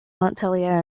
montpellier